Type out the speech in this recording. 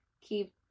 keep